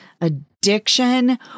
addiction